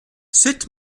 sut